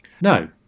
No